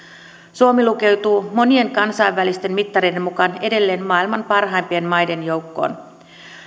suomi lukeutuu monien kansainvälisten mittareiden mukaan edelleen maailman parhaimpien maiden joukkoon